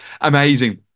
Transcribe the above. amazing